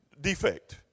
defect